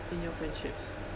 in your friendships